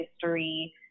history